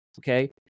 Okay